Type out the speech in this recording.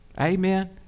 Amen